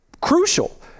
crucial